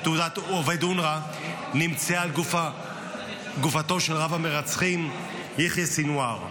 שתעודת עובד אונר"א נמצאה על גופתו של רב-המרצחים יחיא סנוואר.